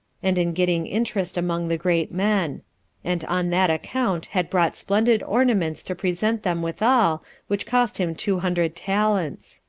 and in getting interest among the great men and on that account had bought splendid ornaments to present them withal, which cost him two hundred talents.